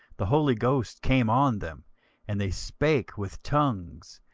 the holy ghost came on them and they spake with tongues,